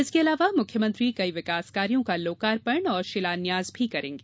इसके अलावा मुख्यमंत्री कई विकास कार्यो का लोकार्पण और शिलान्यास भी करेंगे